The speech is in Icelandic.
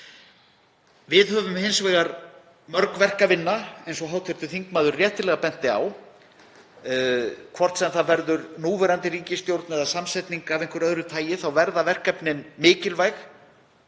Við höfum hins vegar mörg verk að vinna, eins og hv. þingmaður benti réttilega á. Og hvort sem það verður núverandi ríkisstjórn eða samsetning af einhverju öðru tagi þá verða verkefnin mikilvæg,